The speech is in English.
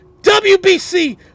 WBC